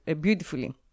beautifully